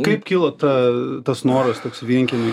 kaip kilo ta tas noras toks vienkiemy